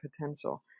potential